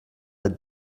the